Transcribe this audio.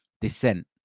dissent